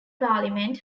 parliament